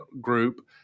Group